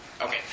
okay